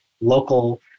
local